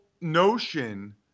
notion